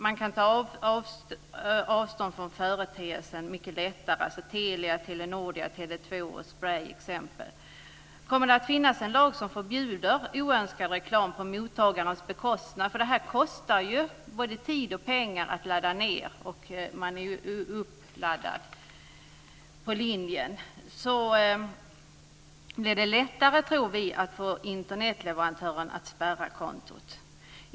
Man kan ta avstånd från företeelsen mycket lättare - Telia, Telenordia, Tele2 och Spray t.ex. Kommer det att finnas en lag som förbjuder oönskad reklam på mottagarnas bekostnad - det kostar ju både tid och pengar att ladda ned då man är uppladdad på linjen - blir det lättare att få Internetleverantören att spärra kontot.